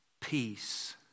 peace